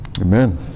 Amen